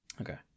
Okay